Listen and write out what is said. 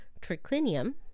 triclinium